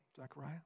Zechariah